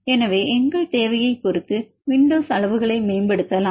எனவே எங்கள் தேவையைப் பொறுத்து விண்டோஸ் அளவுகளை மேம்படுத்தலாம்